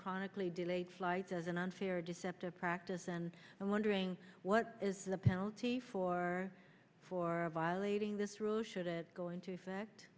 chronically delayed flights as an unfair deceptive practice and i'm wondering what is the penalty for for violating this rule should it go into effect